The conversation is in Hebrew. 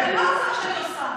לא זה מה שאני עושה.